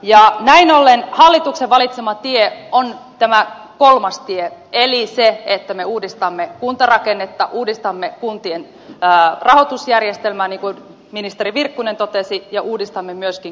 ja näin ollen hallituksen valitsema tie on tämä kolmas tie eli se että me uudistamme kuntarakennetta uudistamme kuntien rahoitusjärjestelmää niin kuin ministeri virkkunen totesi ja uudistamme myöskin kuntalakia